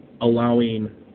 allowing